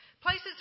Places